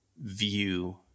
view